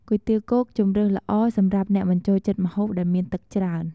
គុយទាវគោកជម្រើសល្អ សម្រាប់អ្នកមិនចូលចិត្តម្ហូបដែលមានទឹកច្រើន។